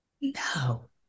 No